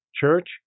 Church